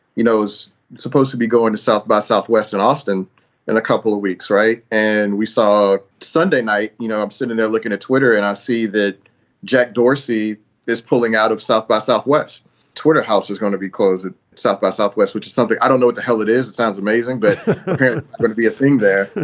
you know, is supposed to be going to south by southwest in austin in a couple of weeks. right. and we saw sunday night, you know, i'm sitting there looking at twitter, and i see that jack dorsey is pulling out of south by southwest twitter. house is gonna be closed at south by southwest, which is something i don't know what the hell it is. it sounds amazing, but you're going to be a thing there.